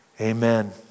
Amen